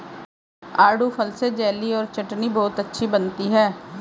आड़ू फल से जेली और चटनी बहुत अच्छी बनती है